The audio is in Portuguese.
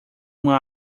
uma